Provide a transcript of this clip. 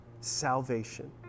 salvation